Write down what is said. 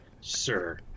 sir